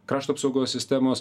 krašto apsaugos sistemos